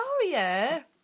Victoria